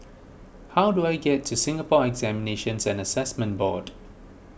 how do I get to Singapore Examinations and Assessment Board